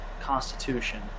constitution